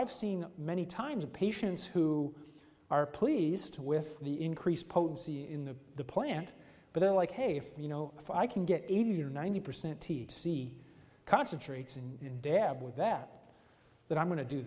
i've seen many times of patients who are pleased with the increased potency in the the plant but they're like hey if you know if i can get eighty or ninety percent to see concentrates and they have with that that i'm going to do